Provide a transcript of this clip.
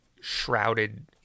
shrouded